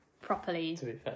properly